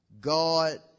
God